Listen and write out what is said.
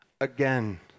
again